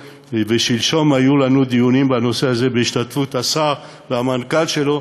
ושלשום היו לנו דיונים בנושא הזה בהשתתפות השר והמנכ"ל שלו,